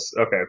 Okay